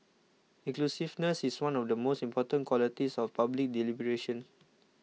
inclusiveness is one of the most important qualities of public deliberation